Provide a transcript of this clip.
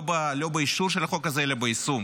לא באישור של החוק הזה אלא ביישום.